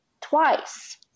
twice